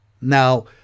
Now